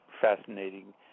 fascinating